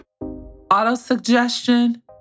Auto-suggestion